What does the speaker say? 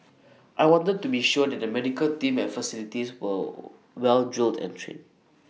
I wanted to be sure that the medical team and facilities were well drilled and trade